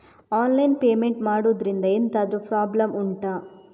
online payment ಮಾಡುದ್ರಿಂದ ಎಂತಾದ್ರೂ problem ಉಂಟಾ